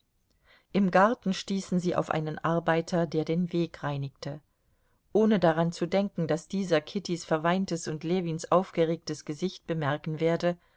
im garten stießen sie auf einen arbeiter der den weg reinigte ohne daran zu denken daß dieser kittys verweintes und ljewins aufgeregtes gesicht bemerken werde